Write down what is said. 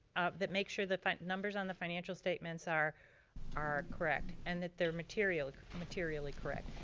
that makes sure that numbers on the financial statements are are correct and that they are materially materially correct.